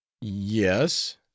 Yes